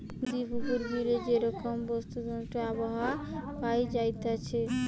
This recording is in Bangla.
নদী, পুকুরে, বিলে যে রকমকারের বাস্তুতন্ত্র আবহাওয়া পাওয়া যাইতেছে